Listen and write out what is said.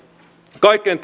kaikkein